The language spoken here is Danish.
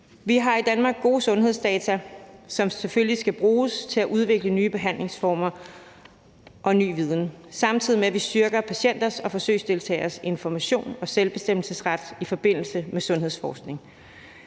Vi har i Danmark gode sundhedsdata, som selvfølgelig skal bruges til at udvikle nye behandlingsformer og ny viden, samtidig med at vi styrker patienter og forsøgsdeltageres information og selvbestemmelsesret i forbindelse med sundhedsforskning